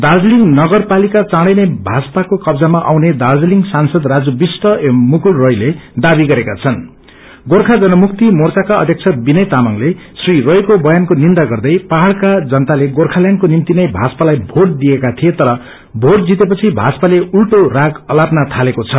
दाज्रीलिङ नगर पालिका चाँडै नै भाजपको कआउने दार्जीलिङ सांसद राजु विष्ट एम मुकुल रायले दावी गरेका छनृ गोर्खा जनमुक्ति मोचाका अध्यक्ष विनय तामंगले श्री रायको बयानको निन्दा गर्दै पहाउका जनताले गोर्खाल्याण्डको निम्ति नै भाजपालाई भोट दिएका थिए तर भोट जितेपछि भाजपाले उल्दो राग अलाप्न थालेको छ